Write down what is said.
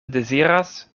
deziras